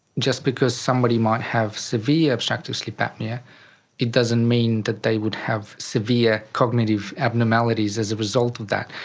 just because somebody might have severe obstructive sleep apnoea it doesn't mean that they would have severe cognitive abnormalities as a result of that.